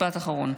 משפט אחרון.